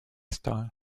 style